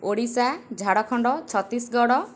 Odisha Jharkhand Chhattisgarh